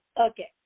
okay